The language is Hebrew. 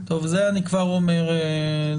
זה אני כבר אומר לחברות,